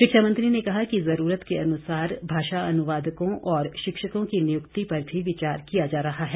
शिक्षा मंत्री ने कहा कि जरूरत के अनुसार भाषा अनुवादकों और शिक्षकों की नियुक्ति पर भी विचार किया जा रहा है